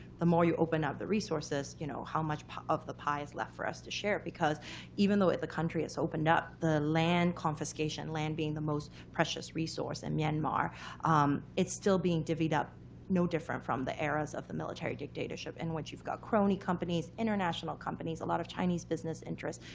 the more you open up the resources, you know, how much of the pie is left for us to share? because even though the country has opened up, the land confiscation land being the most precious resource in myanmar it's still being divvied up no different from the eras of the military dictatorship, in which you've got crony companies, international companies, a lot of chinese business interests,